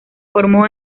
formó